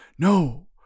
No